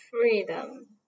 Freedom